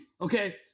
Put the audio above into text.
okay